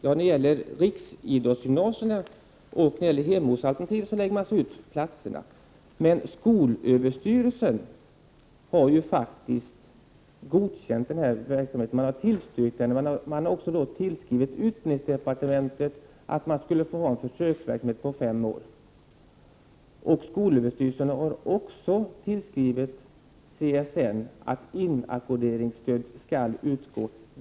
När det gäller riksidrottsgymnasierna och hemortsalternativen läggs platserna fast, men skolöverstyrelsen har ju godkänt denna verksamhet och tillskrivit utbildningsdepartementet för att få anordna försöksverksam het i fem år. Skolöverstyrelsen har också tillskrivit CSN om att inackorderingsstöd skall utgå.